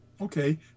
okay